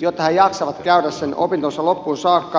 jotta he jaksavat käydä ne opintonsa loppuun saakka